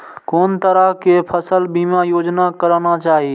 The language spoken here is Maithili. कोन तरह के फसल बीमा योजना कराना चाही?